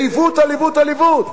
זה עיוות על עיוות על עיוות.